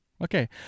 Okay